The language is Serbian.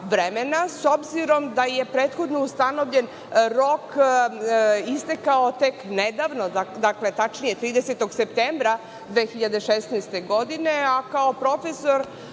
s obzirom da je prethodno ustanovljen rok istekao tek nedavno, dakle, tačnije 30. septembra 2016. godine. Kao profesor